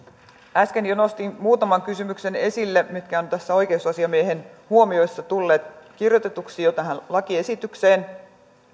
äsken jo nostin muutaman kysymyksen esille mitkä ovat näissä oikeusasiamiehen huomioissa tulleet kirjoitetuiksi jo tähän lakiesitykseen